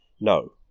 No